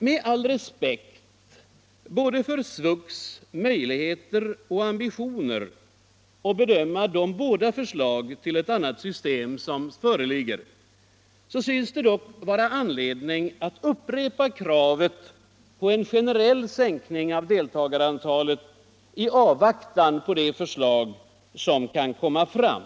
Med all respekt för SVUX möjligheter och ambitioner att bedöma de båda förslag till ett annat system som föreligger synes det dock vara anledning att upprepa kravet på en generell sänkning av deltagarantalet i avvaktan på det förslag som kan komma fram.